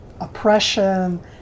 oppression